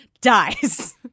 dies